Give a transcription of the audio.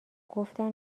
گفتن